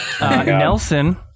Nelson